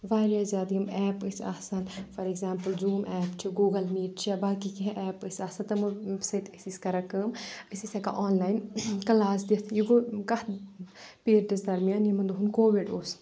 واریاہ زیادٕ یِم ایپ ٲسۍ آسان فار اَؠگزامپٕل زوٗم ایپ چھُ گوٗگَل میٖٹ چھِ یا باقٕے ایپ ٲسۍ آسان تِمو سٟتۍ ٲسۍ أسۍ کَران کٲم أسۍ ٲسۍ ہؠکان آنلایِن کلاس دِتھ یہِ گوٚو کَتھ پیٖریَڈس دَرمیان یِمَن دۄہن کووِڈ اوس